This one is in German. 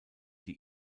die